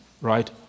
right